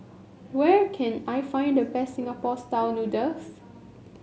where can I find the best Singapore style noodles